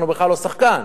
אנחנו בכלל לא שחקן.